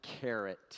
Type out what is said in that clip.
carrot